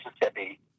Mississippi